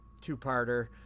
Two-parter